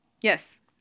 Yes